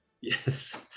Yes